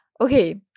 Okay